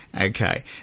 Okay